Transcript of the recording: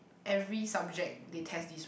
every subject they test this